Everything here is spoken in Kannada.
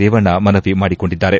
ರೇವಣ್ಣ ಮನವಿ ಮಾಡಿಕೊಂಡಿದ್ದಾರೆ